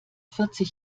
vierzig